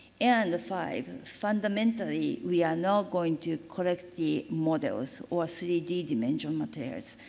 and five, fundamentally, we are now going to collect the models or three d dimensional materials.